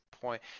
point